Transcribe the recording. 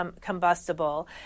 combustible